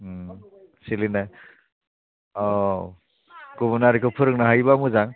उम थिगैनो औ गुबुन हारिखौ फोरोंनो हायोबा मोजां